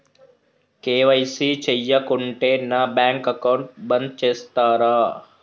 KYC చేయకుంటే నా bank account బంద్ చేస్తరా?